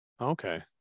Okay